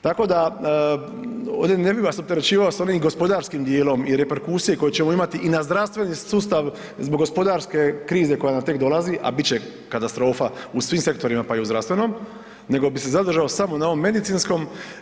Tako da ovdje ne bih vas opterećivao s onim gospodarskim dijelom i reperkusije koje ćemo imati i na zdravstveni sustav zbog gospodarske krize koja nam tek dolazi, a bit će katastrofa u svim sektorima pa i u zdravstvenom nego bi se zadržao samo na ovom medicinskom.